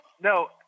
No